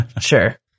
Sure